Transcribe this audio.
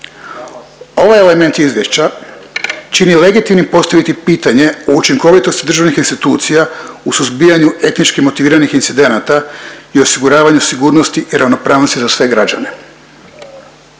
Ovaj element izvješća čini legitimnim postaviti pitanje o učinkovitosti državnih institucija u suzbijanju etnički motiviranih incidenata i osiguravanju sigurnosti i ravnopravnosti za sve građane.